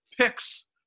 picks